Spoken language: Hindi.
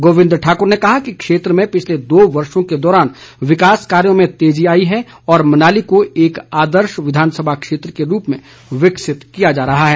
गोविंद ठाकुर ने कहा कि क्षेत्र में पिछले दो वर्षो के दौरान विकास कार्यों में तेजी आई है और मनाली को एक आदर्श विधानसभा क्षेत्र के रूप में विकसित किया जा रहा है